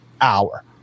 hour